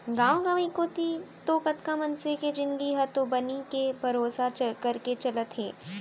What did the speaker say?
गांव गंवई कोती तो कतका मनसे के जिनगी ह तो बनी के भरोसा करके चलत हे